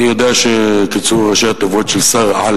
אני יודע שקיצור ראשי התיבות של "שר-על